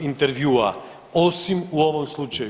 intervjua, osim u ovom slučaju.